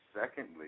Secondly